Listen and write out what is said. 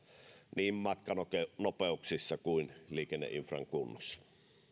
niin matkanopeuksissa kuin liikenneinfran kunnossa